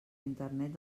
internet